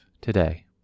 today